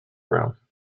room